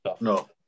No